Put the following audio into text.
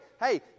Hey